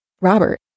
Robert